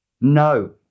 No